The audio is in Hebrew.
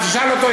תשאל אותו,